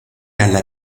alla